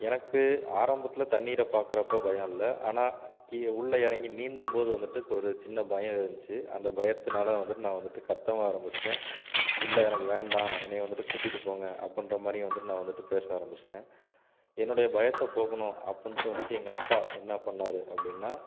எனக்கு ஆரம்பத்தில் தண்ணீரை பார்க்குறப்ப பயம் இல்லை ஆனால் கீழே உள்ளே எறங்கி நீந்தும் போது வந்துவிட்டு ஒரு சின்ன பயம் இருந்துச்சி அந்த பயத்தினால வந்துவிட்டு நான் வந்துவிட்டு கத்தவும் ஆரம்பிச்சுட்டேன் இல்லை எனக்கு வேண்டாம் என்னை வந்துவிட்டு கூட்டிட்டு போங்க அப்புடின்ற மாதிரியும் வந்துவிட்டு நான் வந்துவிட்டு பேச ஆரம்பிச்சுட்டேன் என்னுடைய பயத்தை போக்கணும் அப்புடின்ட்டு வந்துவிட்டு எங்கள் அப்பா என்ன பண்ணார் அப்படின்னா